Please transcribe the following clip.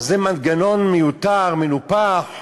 זה מנגנון מיותר, מנופח,